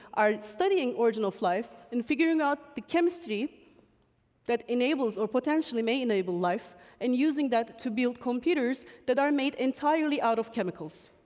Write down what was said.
are studying origin of life and figuring out the chemistry that enables or potentially may enable life and using that to build computers that are made entirely out of chemicals.